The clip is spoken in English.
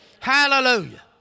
Hallelujah